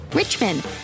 Richmond